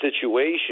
situation